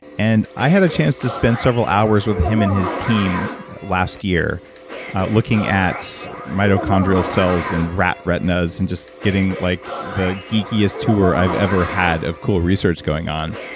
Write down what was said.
and i had a chance to spend several hours with him and his team last year looking at mitochondrial cells in rat retinas, and just getting like the geekiest tour i've ever had of cool research going on.